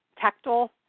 tactile